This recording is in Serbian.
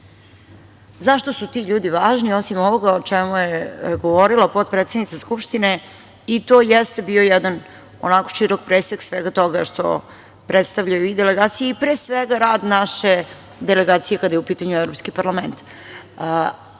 su ti ljudi važni osim ovoga o čemu je govorila potpredsednica Skupštine, i to jeste bio jedan onako širok presek svega toga što predstavljaju i delegacije i pre svega rad naše delegacije kada je u pitanju Evropski parlament. Ali,